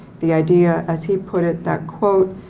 the idea, as he put it, that quote,